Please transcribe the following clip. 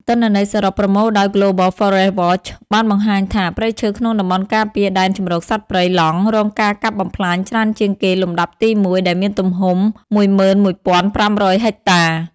ទិន្នន័យសរុបប្រមូលដោយ Global Forest Watch បានបង្ហាញថា ព្រៃឈើក្នុងតំបន់ការពារដែនជម្រកសត្វព្រៃឡង់រងការកាប់បំផ្លាញច្រើនជាងគេលំដាប់ទី១ ដែលមានទំហំ១១៥០០ហិកតា។